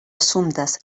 assumptes